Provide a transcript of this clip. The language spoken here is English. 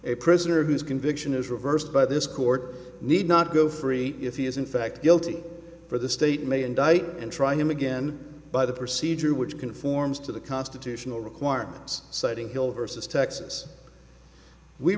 a prisoner whose conviction is reversed by this court need not go free if he is in fact guilty for the state may indict and trying him again by the procedure which conforms to the constitutional requirements citing hill versus texas we